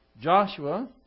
Joshua